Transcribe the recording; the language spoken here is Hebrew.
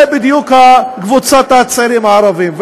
זה בדיוק קבוצת הצעירים הערבים.